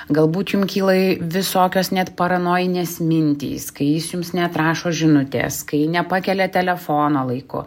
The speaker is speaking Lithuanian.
galbūt jum kyla visokios net paranojinės mintys kai jis jums neatrašo žinutes kai nepakelia telefono laiku